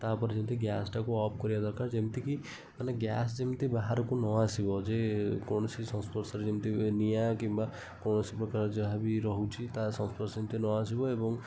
ତାପରେ ଯେମତି ଗ୍ୟାସ୍ଟାକୁ ଅଫ୍ କରିବା ଦରକାର ଯେମତିକି ମାନେ ଗ୍ୟାସ୍ ଯେମିତି ବାହାରକୁ ନ ଆସିବ ଯେ କୌଣସି ସଂସ୍ପର୍ଶରେ ଯେମିତି ନିଆଁ କିମ୍ବା କୌଣସି ପ୍ରକାର ଯାହାବି ରହୁଛି ତା ସଂସ୍ପର୍ଶରେ ଯେମିତି ନ ଆସିବ ଏବଂ